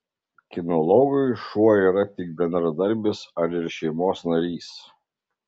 kinologui šuo yra tik bendradarbis ar ir šeimos narys